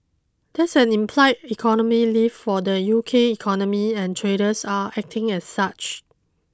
that's an implied economy lift for the U K economy and traders are acting as such